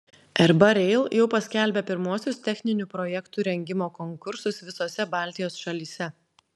rb rail jau paskelbė pirmuosius techninių projektų rengimo konkursus visose baltijos šalyse